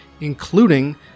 including